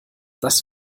das